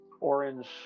orange